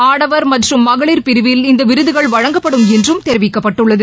ஆடவர் மற்றும் மகளிர் பிரிவில் இந்த விருதுகள் வழங்கப்படும் என்றும் தெரிவிக்கப்பட்டுள்ளது